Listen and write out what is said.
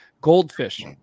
Goldfish